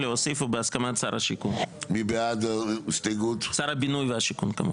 להוסיף "ובהסכמת שר הבינוי והשיכון".